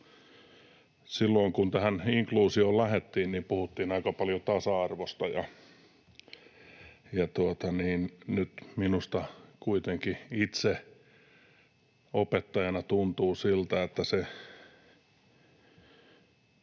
Silloin kun tähän inkluusioon lähdettiin, puhuttiin aika paljon tasa-arvosta, ja nyt minusta kuitenkin, itse opettajana, tuntuu, että